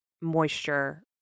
moisture